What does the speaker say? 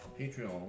Patreon